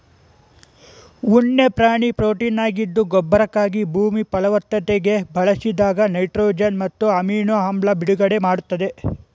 ಉಣ್ಣೆ ಪ್ರಾಣಿ ಪ್ರೊಟೀನಾಗಿದ್ದು ಗೊಬ್ಬರಕ್ಕಾಗಿ ಭೂಮಿ ಫಲವತ್ತತೆಗೆ ಬಳಸಿದಾಗ ನೈಟ್ರೊಜನ್ ಮತ್ತು ಅಮಿನೊ ಆಮ್ಲ ಬಿಡುಗಡೆ ಮಾಡ್ತದೆ